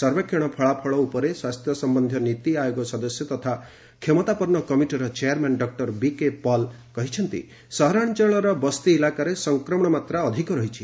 ସର୍ବେକ୍ଷଣ ଫଳାଫଳ ଉପରେ ସ୍ୱାସ୍ଥ୍ୟ ସମ୍ଭନ୍ଧୀୟ ନୀତି ଆୟୋଗ ସଦସ୍ୟ ତଥା ଏକ କ୍ଷମତାପନ୍ନ କମିଟିର ଚେୟାରମ୍ୟାନ୍ ଡକ୍ଟର ବିକେ ପଲ୍ କହିଛନ୍ତି ସହରାଞ୍ଚଳର ବସ୍ତି ଇଲାକାରେ ସଂକ୍ରମଣ ମାତ୍ରା ଅଧିକ ରହିଛି